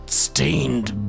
stained